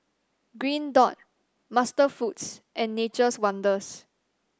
Green Dot MasterFoods and Nature's Wonders